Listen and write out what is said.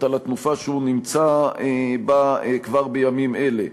על התנופה שהוא נמצא בה כבר בימים אלה.